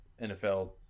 NFL